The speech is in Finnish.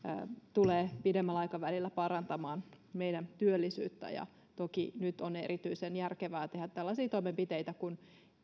tulee pidemmällä aikavälillä parantamaan meidän työllisyyttä ja toki nyt on erityisen järkevää tehdä tällaisia toimenpiteitä kun